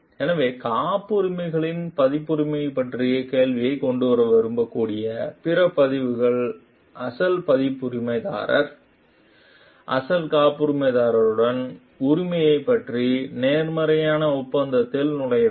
எனவே காப்புரிமைகளின் பதிப்புரிமை பற்றிய கேள்வியைக் கொண்டுவர விரும்பக்கூடிய பிற பதிவுகள் அசல் பதிப்புரிமைதாரர் அசல் காப்புரிமைதாரருடன் உரிமையைப் பற்றி நேர்மறையான ஒப்பந்தத்தில் நுழைய வேண்டும்